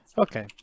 Okay